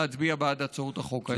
להצביע בעד הצעות החוק האלה.